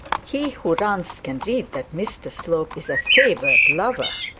he who runs can read that mr slope is a favoured lover.